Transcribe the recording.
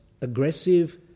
aggressive